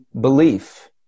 belief